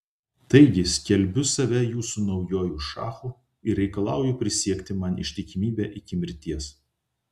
taigi skelbiu save jūsų naujuoju šachu ir reikalauju prisiekti man ištikimybę iki mirties